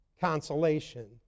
consolation